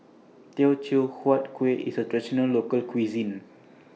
Teochew Huat Kueh IS A Traditional Local Cuisine